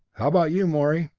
how about you, morey?